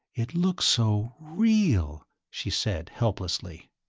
it looks so real, she said helplessly.